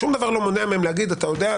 שום דבר לא מונע מהם להגיד: אתה יודע,